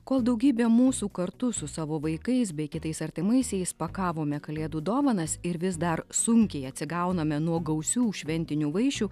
kol daugybė mūsų kartu su savo vaikais bei kitais artimaisiais pakavome kalėdų dovanas ir vis dar sunkiai atsigauname nuo gausių šventinių vaišių